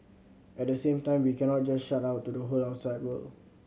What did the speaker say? at the same time we cannot just shut out the whole outside world